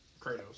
Kratos